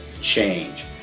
change